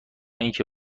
اینکه